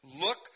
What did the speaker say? look